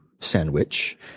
sandwich